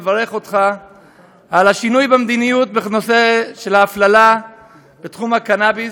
לברך אותך על השינוי במדיניות בנושא ההפללה בתחום הקנאביס,